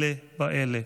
אלה באלה.